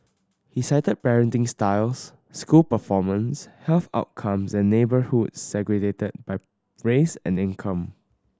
he cited parenting styles school performance health outcomes and neighbourhoods segregated by race and income